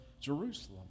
Jerusalem